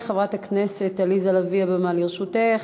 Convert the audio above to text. חברת הכנסת עליזה לביא, הבמה לרשותך.